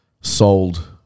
sold